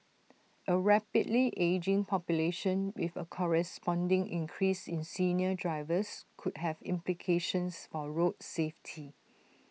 A rapidly ageing population with A corresponding increase in senior drivers could have implications for road safety